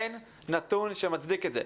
אין נתון שמצדיק את זה.